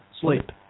Sleep